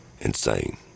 insane